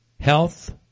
health